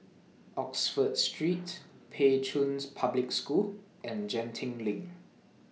Oxford Street Pei Chun Public School and Genting LINK